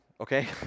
okay